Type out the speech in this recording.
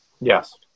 Yes